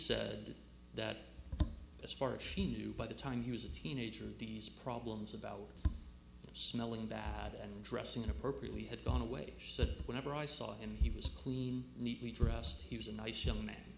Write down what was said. said that as far as she knew by the time he was a teenager these problems about smelling bad and dressing appropriately had gone away she said whenever i saw him he was clean neatly dressed he was a nice young man